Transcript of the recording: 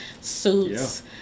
suits